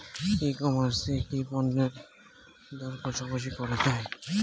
ই commerce এ কি পণ্যের দর কশাকশি করা য়ায়?